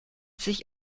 sich